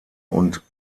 und